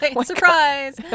Surprise